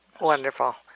Wonderful